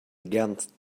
against